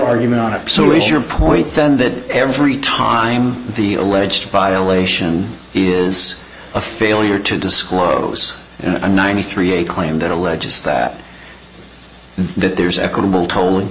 argument on it so is your point then that every time the alleged violation is a failure to disclose a ninety three a claim that alleges that that there's equitable to